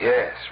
Yes